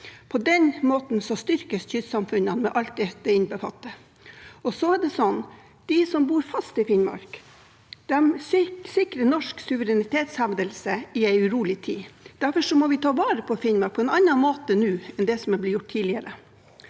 På den måten styrkes kystsamfunnene med alt dette innbefatter. De som bor fast i Finnmark, sikrer norsk suverenitetshevdelse i en urolig tid. Derfor må vi ta vare på Finnmark på en annen måte nå enn det har blitt gjort tidligere.